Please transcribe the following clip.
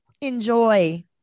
Enjoy